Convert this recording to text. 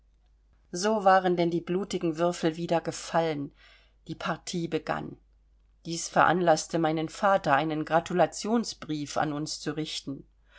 so waren denn die blutigen würfel wieder gefallen die partie begann dies veranlaßte meinen vater einen gratulationsbrief an uns zu richten